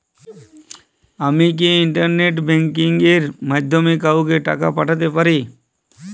আমি কি internet banking এর মাধ্যমে কাওকে টাকা পাঠাতে পারি?